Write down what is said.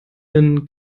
wenn